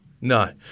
No